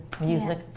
music